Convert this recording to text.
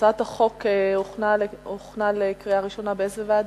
הצעת החוק הוכנה לקריאה ראשונה באיזו ועדה?